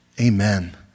Amen